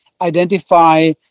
identify